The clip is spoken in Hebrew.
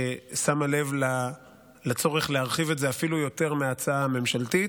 ששמה לב לצורך להרחיב את זה אפילו יותר מההצעה הממשלתית,